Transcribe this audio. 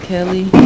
Kelly